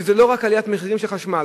זה לא רק עליית מחירים של חשמל.